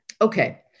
Okay